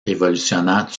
révolutionnaire